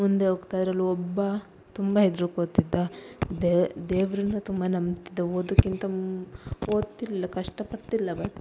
ಮುಂದೆ ಹೋಗ್ತಾ ಅದ್ರಲ್ಲಿ ಒಬ್ಬ ತುಂಬ ಹೆದ್ರಿಕೊತಿದ್ದ ದೇವ್ರನ್ನ ತುಂಬ ನಂಬುತ್ತಿದ್ದ ಓದೋಕ್ಕಿಂತ ಓದ್ತಿರಲಿಲ್ಲ ಕಷ್ಟ ಪಡ್ತಿರಲಿಲ್ಲ ಅವ